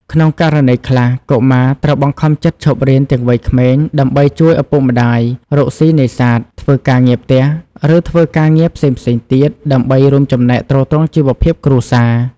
ក្នុងករណីខ្លះ កុមារត្រូវបង្ខំចិត្តឈប់រៀនទាំងវ័យក្មេងដើម្បីជួយឪពុកម្តាយរកស៊ីនេសាទ ធ្វើការងារផ្ទះ ឬធ្វើការងារផ្សេងៗទៀត ដើម្បីរួមចំណែកទ្រទ្រង់ជីវភាពគ្រួសារ។